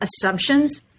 assumptions